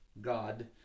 God